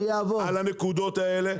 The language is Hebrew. על הנקודות האלה,